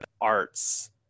arts